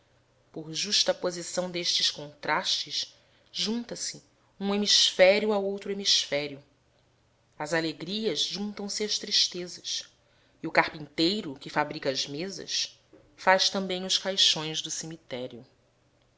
eclesiastes por justaposição destes contrastes junta se um hemisfério a outro hemisfério às alegrias juntam se as tristezas e o carpinteiroque fabrica as mesas faz também os caixões do cemitério